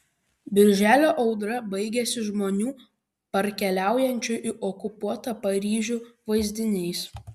birželio audra baigiasi žmonių parkeliaujančių į okupuotą paryžių vaizdiniais